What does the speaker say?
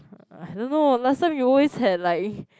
I don't know last time we always had like